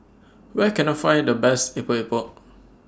Where Can I Find The Best Epok Epok